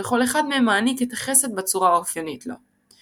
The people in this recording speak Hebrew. וכל אחד מהם מעניק את החסד בצורה האופיינית לו.